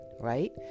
right